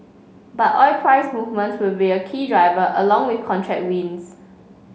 but oil price movements will be a key driver along with contract wins